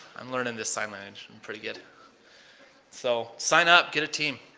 i'm learning the sign language, and pretty good. so sign up, get a team,